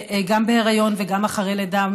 גם בהיריון וגם אחרי לידה,